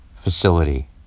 facility